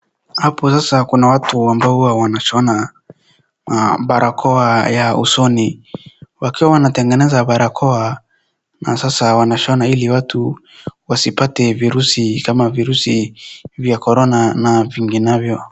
Hapo sasa kuna watu ambao wanashona barakoa ya ushoni. Wakiwa wanatengeza barakoa na sasa wanashona ili watu wasipate virusi kama virusi vya korona na vinginavyo.